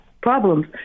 problems